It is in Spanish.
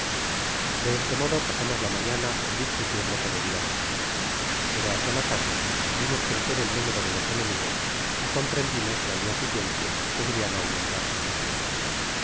de este modo pasamos la mañana en discutir lo que debiamos hacer pero hacia la tarde vimos crecer el número de los enemigos y comprendimos que ai dia siguiente podrian aumentarse mas